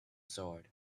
sword